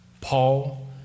Paul